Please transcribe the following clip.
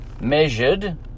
Measured